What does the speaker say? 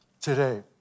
today